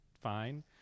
fine